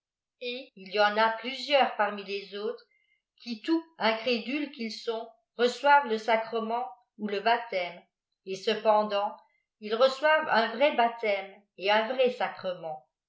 et il y en a plusieurs parmi les autres qui tout incrédules qu'ils sont reçoivent le sacrement ou le baptême et cependant ils rieçoivei t un vrai baptême et un vrai sacrement